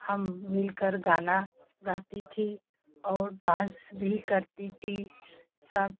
हम मिल कर गाना गाती थी और डांस भी करती थी सब